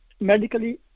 Medically